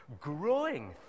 growing